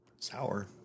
Sour